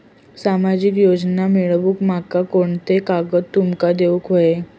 सामाजिक योजना मिलवूक माका कोनते कागद तुमका देऊक व्हये?